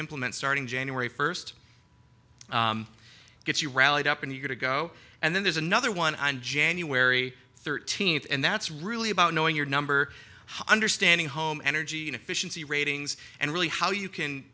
implement starting january first gets you rallied up and you get to go and then there's another one on january thirteenth and that's really about knowing your number understanding home energy efficiency ratings and really how you can